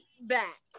back